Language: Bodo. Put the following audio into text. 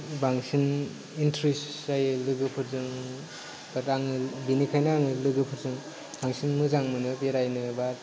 बांसिन इन्ट्रेस जायो लोगोफोरजों बेनिखायनो आं लोगोफरजों बांसिन मोजां मोनो बा बेरायनो